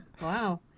Wow